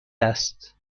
است